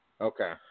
Okay